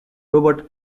robert